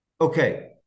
okay